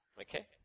Okay